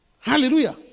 Hallelujah